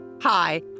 Hi